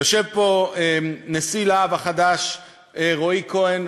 יושב פה נשיא "להב" החדש, רועי כהן.